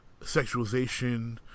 sexualization